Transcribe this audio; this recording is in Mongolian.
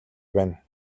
байна